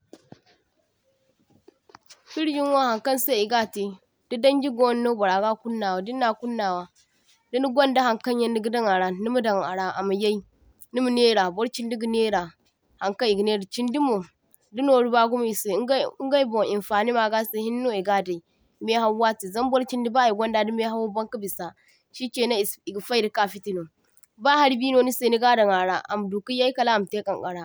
toh – toh Firjinwo haŋkaŋ se igate, da daŋji gono no baraga kunnawa dinna kunnawa dinigwaŋda hankaŋyan nigadaŋ ara nima daŋ ara, amayay nima nera, borchindi ga nera haŋkaŋ igaŋera chindi mo dinoru bagumo ise ingai ingaibon infaŋi magase hinne no igadai maihauwate zam bar chindi ba igwaŋda da maihawo baŋka bisa shichenaŋ isi iga faida ka fitino, ba hari bi no nise nigadaŋ ara amaduka yay kalamate kaŋkara,